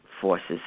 forces